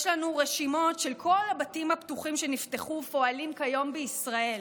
יש לנו רשימות של כל הבתים הפתוחים שנפתחו ופועלים כיום בישראל.